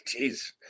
Jeez